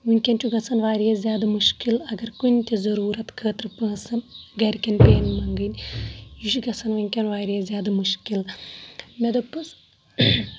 وُنکیٚن چھُ گژھان واریاہ زیادٕ مُشکل اگر کُنہِ تہِ ضروٗرت خٲطرٕ پونٛسَن گَرِکٮ۪ن پیٛن منٛگٕنۍ یہِ چھُ گژھن وُنکیٚن واریاہ زیادٕ مُشکل مےٚ دوٚپُس